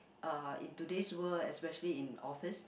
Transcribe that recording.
uh in today's world especially in office